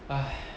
!haiya!